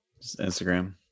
instagram